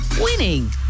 winning